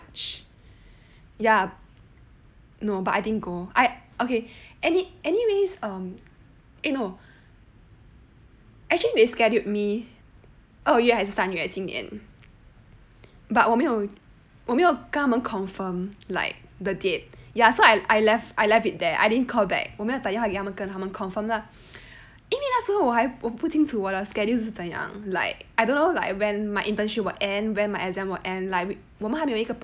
ya no but I didn't go okay anyways um eh no actually they scheduled me oh no it's 三月今年 but 我没有我没有跟他们 confirm like the date ya so I I left it there I didn't call back 我没有打电话给他们很他们 confirm lah 因为那时候我还不清楚我的 schedule 是怎样 like I don't know like when my internship will end when my exam will end like 我们还没有一个